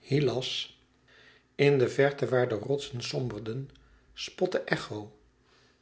hylas in de verte waar de rotsen somberden spotte echo